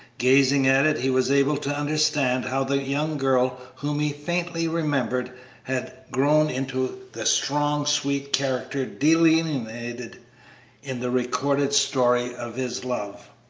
gazing at it he was able to understand how the young girl whom he faintly remembered had grown into the strong, sweet character delineated in the recorded story of his love.